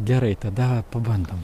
gerai tada pabandom